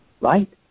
right